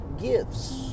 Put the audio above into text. gifts